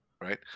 right